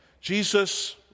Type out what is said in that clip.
Jesus